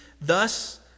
thus